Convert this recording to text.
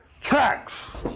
tracks